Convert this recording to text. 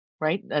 right